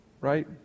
right